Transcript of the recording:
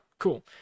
Cool